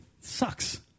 sucks